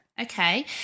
okay